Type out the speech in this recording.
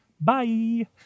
Bye